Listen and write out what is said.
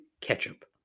ketchup